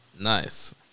Nice